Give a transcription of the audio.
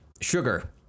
sugar